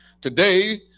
today